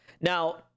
now